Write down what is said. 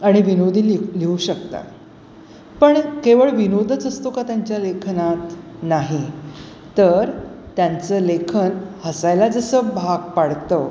आणि विनोदी लि लिहू शकता पण केवळ विनोदच असतो का त्यांच्या लेखनात नाही तर त्यांचं लेखन हसायला जसं भाग पाडतं